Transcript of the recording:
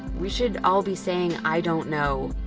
we should all be saying, i don't know,